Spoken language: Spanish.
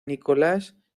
nicolás